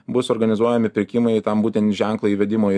bus organizuojami pirkimai tam būtent ženklo įvedimo į